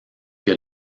que